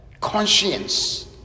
conscience